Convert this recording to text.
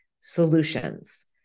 solutions